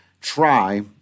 try